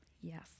Yes